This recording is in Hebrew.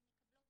הן מקבלות